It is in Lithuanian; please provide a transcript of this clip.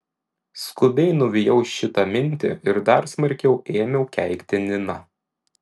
skubiai nuvijau šitą mintį ir dar smarkiau ėmiau keikti niną